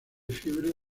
fiebre